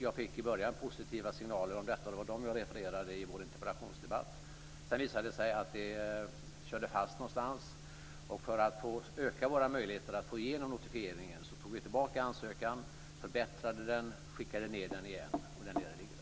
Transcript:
Jag fick från början positiva signaler om detta, och det var dem jag refererade i vår interpellationsdebatt. Sedan visade det sig att det körde fast någonstans, och för att öka våra möjligheter att få igenom notifieringen tog vi tillbaka ansökan, förbättrade den och skickade ned den igen, och där nere ligger den.